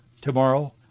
tomorrow